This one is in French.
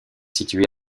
situé